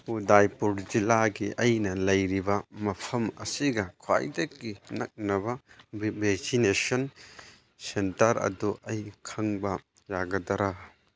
ꯎꯗꯥꯏꯄꯨꯔ ꯖꯤꯜꯂꯥꯒꯤ ꯑꯩꯅ ꯂꯩꯔꯤꯕ ꯃꯐꯝ ꯑꯁꯤꯒ ꯈ꯭ꯋꯥꯏꯗꯒꯤ ꯅꯛꯅꯕ ꯚꯦꯁꯤꯅꯦꯁꯟ ꯁꯦꯟꯇꯔ ꯑꯗꯨ ꯑꯩ ꯈꯪꯕ ꯌꯥꯒꯗ꯭ꯔ